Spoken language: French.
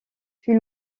fut